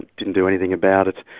didn't do anything about it,